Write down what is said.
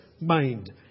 mind